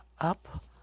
Up